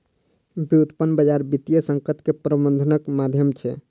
व्युत्पन्न बजार वित्तीय संकट के प्रबंधनक माध्यम छै